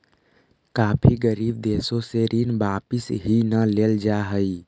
काफी गरीब देशों से ऋण वापिस ही न लेल जा हई